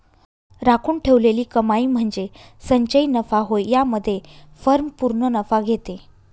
राखून ठेवलेली कमाई म्हणजे संचयी नफा होय यामध्ये फर्म पूर्ण नफा घेते